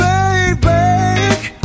Baby